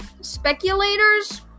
Speculators